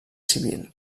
civil